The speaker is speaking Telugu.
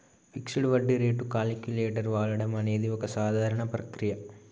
ఫిక్సడ్ వడ్డీ రేటు క్యాలిక్యులేటర్ వాడడం అనేది ఒక సాధారణ ప్రక్రియ